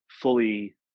fully